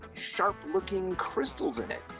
sharp looking crystals in it.